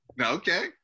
Okay